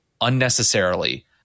unnecessarily